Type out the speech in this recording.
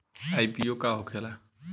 IPO का होखेला?